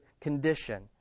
condition